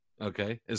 Okay